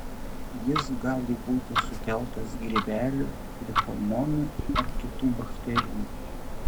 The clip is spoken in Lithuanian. jis gali būti sukeltas grybelio trichomonų ar kitų bakterijų